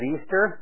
Easter